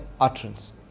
utterance